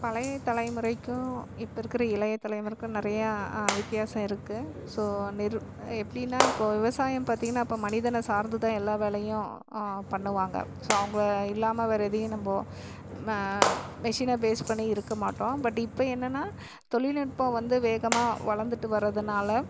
பழைய தலைமுறைக்கும் இப்போ இருக்கிற இளைய தலைமுறைக்கும் நிறையா வித்தியாசம் இருக்குது ஸோ எப்படின்னா இப்போ விவசாயம் பார்த்தீங்கன்னா அப்போ மனிதனை சார்ந்து தான் எல்லா வேலையும் பண்ணுவாங்க ஸோ அவங்க இல்லாமல் வேறு எதையும் நம்ம மெஷினை பேஸ் பண்ணி இருக்கமாட்டோம் பட் இப்போ என்னென்னா தொழில் நுட்பம் வந்து வேகமாக வளர்ந்துட்டு வரதுனால்